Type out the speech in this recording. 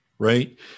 Right